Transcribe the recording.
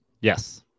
Yes